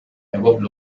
above